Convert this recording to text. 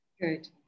Good